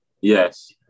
yes